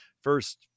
first